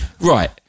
right